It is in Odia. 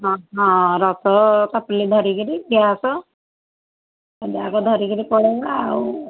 ହଁ ହଁ ରସ ଖପୁଲି ଧରିକିରି ଗ୍ୟାସ୍ ଏୟାକୁ ଧରିକି ପଳେଇବା ଆଉ